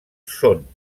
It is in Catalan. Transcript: són